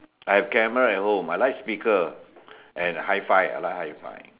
I have camera at home I like speaker and hi-Fi I like hi-Fi